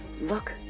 look